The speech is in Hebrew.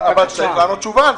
המשמעות של זה היא שאנחנו אומרים שעל